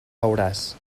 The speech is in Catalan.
beuràs